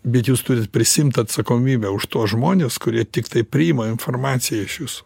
bet jūs turit prisiimt atsakomybę už tuos žmones kurie tiktai priima informaciją iš jūsų